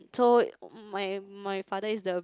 so my my father is the